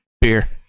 beer